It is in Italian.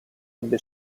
ebbe